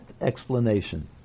explanation